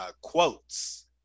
quotes